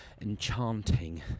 enchanting